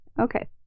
Okay